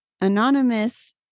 anonymous